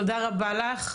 תודה רבה לך.